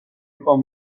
იყო